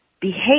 behave